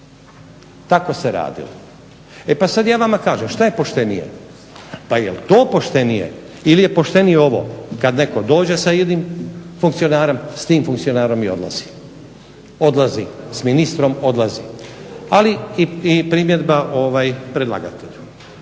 Tako se radilo. E pa sada ja vam kažem što je poštenije? Pa jel to poštenije ili je poštenije ovo kada netko dođe sa jednim funkcionarom s tim funkcionarom i odlazi, odlazi s ministrom odlazi. Ali primjedba predlagatelju.